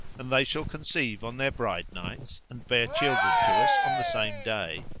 and they shall conceive on their bridenights and bear children to us on the same day,